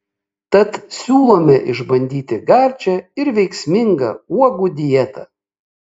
tad siūlome išbandyti gardžią ir veiksmingą uogų dietą